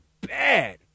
bad